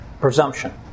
presumption